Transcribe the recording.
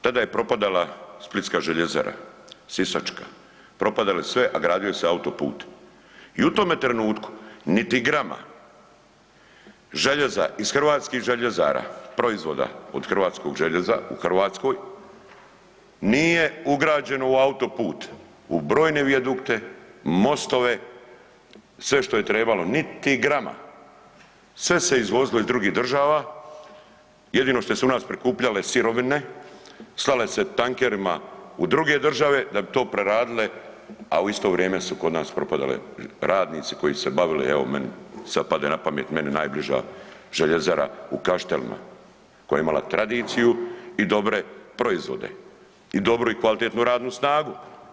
Tada je propadala splitska željezara, sisačka, propadale sve, a gradio se autoput i u tome trenutku niti grama željeza iz hrvatskih željezara, proizvoda od hrvatskog željeza u Hrvatskoj nije ugrađeno u autoput, u brojne vijadukte, u mostove sve što je trebalo, niti grama, sve se izvozilo iz drugih država jedino što se u nas prikupljale sirovine, slale se tankerima u druge države da bi to preradile, a u isto vrijeme su kod nas propadale radnici koji su se bavili evo meni sada pade na pamet meni najbliža željezara u Kaštelima koja je imala tradiciju i dobre proizvode i dobru i kvalitetnu radnu snagu.